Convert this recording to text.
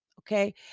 okay